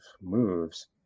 moves